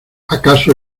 acaso